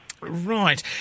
Right